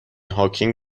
هاوکینگ